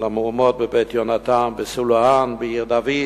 למהומות ב"בית יהונתן", בסילואן, בעיר-דוד,